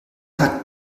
hat